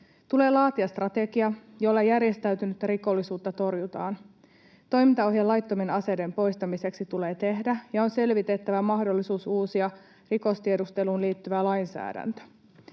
Tulee laatia strategia, jolla järjestäytynyttä rikollisuutta torjutaan. Toimintaohje laittomien aseiden poistamiseksi tulee tehdä, ja on selvitettävä mahdollisuus uusia rikostiedusteluun liittyvä lainsäädäntö.